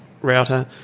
router